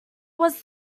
was